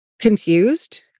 confused